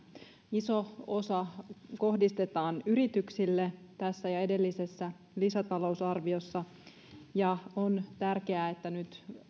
iso osa kohdistetaan yrityksille tässä ja edellisessä lisätalousarviossa on tärkeää että nyt